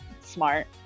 smart